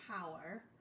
power